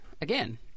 again